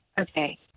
Okay